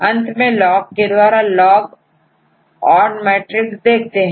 अंत में लॉग के द्वारा लॉग odd मैट्रिक्स देखते हैं